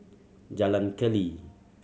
Jalan Keli